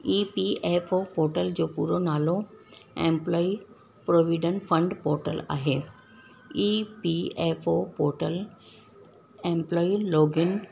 ई P F O portal जो पूरो नालो एम्पलोई पोविडेंट फ़ंड पोर्टल आहे E P F O portal employee login